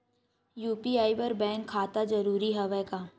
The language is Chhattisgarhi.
यू.पी.आई बर बैंक खाता जरूरी हवय का?